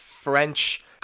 French